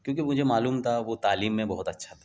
کیونکہ مجھے معلوم تھا وہ تعلیم میں بہت اچھا تھا